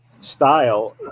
style